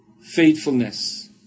faithfulness